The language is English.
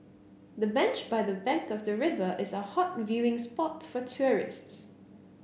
the bench by the bank of the river is a hot viewing spot for tourists